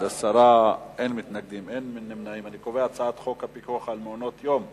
ההצעה להעביר את הצעת חוק הפיקוח על מעונות-יום לפעוטות,